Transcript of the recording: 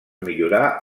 millorar